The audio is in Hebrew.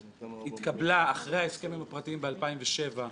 היא התקבלה אחרי ההסכמים הפרטיים ב-2007,